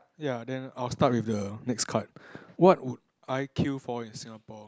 ya then I'll start with the next card what would I queue for in Singapore